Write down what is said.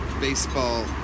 baseball